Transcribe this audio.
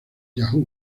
yahoo